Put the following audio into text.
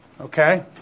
Okay